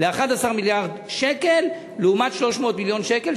ל-11 מיליארד שקל לעומת 300 מיליון שקל,